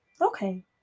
okay